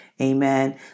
amen